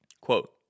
Quote